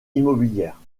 immobilière